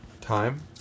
time